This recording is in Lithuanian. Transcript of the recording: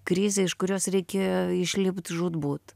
krizė iš kurios reikia išlipt žūtbūt